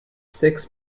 six